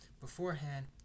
beforehand